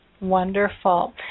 Wonderful